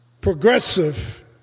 Progressive